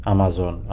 Amazon